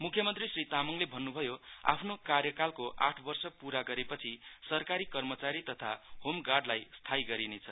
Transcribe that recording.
मुख्यमन्त्री श्री तामाङले भन्नुभयो आफ्नो कार्यकालको आठवर्ष पूरा गरेपछि सरकारी कमचारी तथा होम गार्डलाई स्थायी गरिनेछ